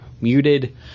muted